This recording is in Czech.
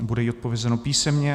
Bude jí odpovězeno písemně.